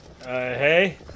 hey